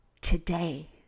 today